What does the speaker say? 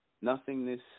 Nothingness